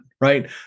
right